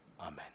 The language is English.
amen